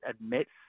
admits